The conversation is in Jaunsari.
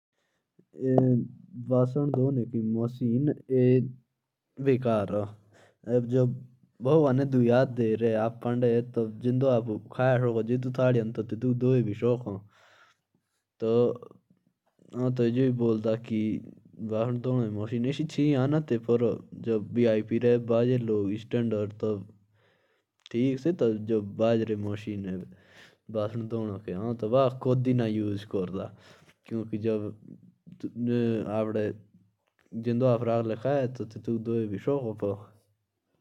जो अपने जोथे बर्तन होते ह वो में खुद ही धोते ह।